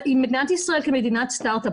אם מדינת ישראל כמדינת סטארט-אפ,